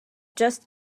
just